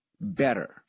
better